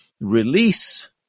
release